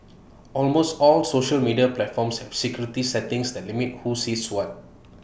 almost all social media platforms have security settings that limit who sees what